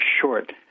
short